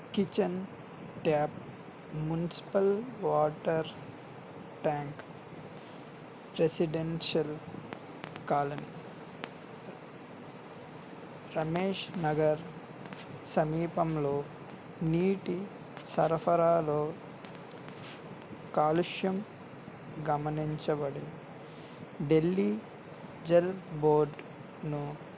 kitchen tap municipal water tank residential colony Ramesh Nagar సమీపంలో నీటి సరఫరాలో కాలుష్యం గమనించబడింది డిల్లీ జల్బోర్డ్ను